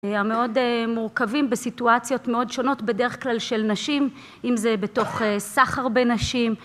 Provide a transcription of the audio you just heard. המאוד מורכבים בסיטואציות מאוד שונות, בדרך כלל של נשים, אם זה בתוך סך הרבה נשים.